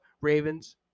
Ravens